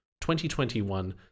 2021